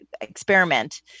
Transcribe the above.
experiment